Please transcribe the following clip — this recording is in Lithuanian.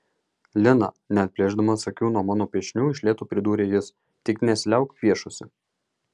lina neatplėšdamas akių nuo mano piešinių iš lėto pridūrė jis tik nesiliauk piešusi